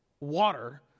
water